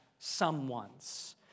someones